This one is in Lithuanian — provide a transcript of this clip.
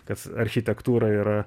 kas architektūra yra